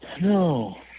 No